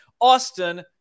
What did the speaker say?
Austin